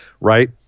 Right